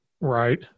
right